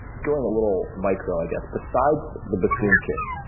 going a little micro, i guess, besides the bassoon king,